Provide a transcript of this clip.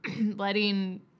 letting